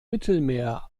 mittelmeer